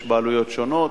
יש בעלויות שונות,